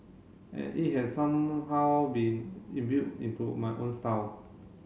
and it has somehow been into my own style